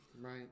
right